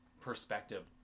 perspective